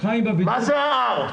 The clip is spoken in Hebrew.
מה זה ה-R?